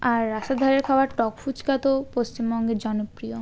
আর রাস্তাধারের খাবার টক ফুচকা তো পশ্চিমবঙ্গের জনপ্রিয়